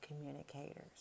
communicators